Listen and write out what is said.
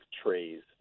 trays